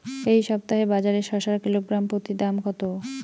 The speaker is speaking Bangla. এই সপ্তাহে বাজারে শসার কিলোগ্রাম প্রতি দাম কত?